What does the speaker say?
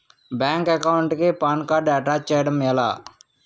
Bank account కి PAN card attach చేయడం ఎలా?